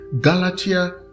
Galatia